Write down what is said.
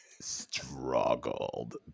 struggled